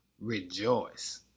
rejoice